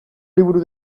liburu